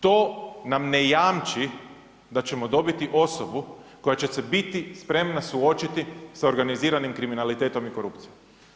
To nam ne jamči da ćemo dobiti osobu koja će se biti spremna suočiti sa organiziranim kriminalitetom i korupcijom.